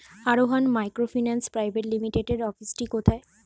আরোহন microfinance private লিমিটেডের অফিসটি কোথায়?